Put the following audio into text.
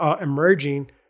emerging